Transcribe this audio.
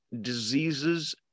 diseases